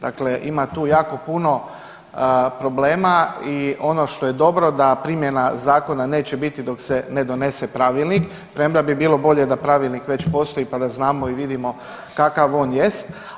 Dakle, ima tu jako puno problema i ono što je dobro da primjena zakona neće biti dok se ne donese pravilnik, premda bi bilo bolje da pravilnik već postoji pa da znamo i vidimo kakav on jest.